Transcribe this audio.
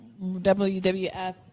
WWF